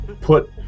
put